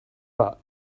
but